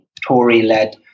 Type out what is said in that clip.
Tory-led